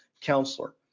counselor